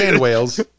whales